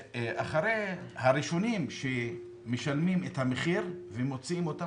והראשונים שמשלמים את המחיר ומוציאים אותם,